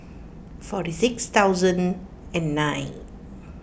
forty six thousand and nine